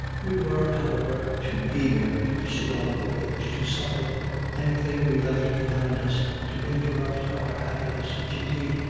we were, however, too eager to pursue our voyage to suffer anything we left behind us to interrupt our happiness, which, indeed,